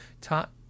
taught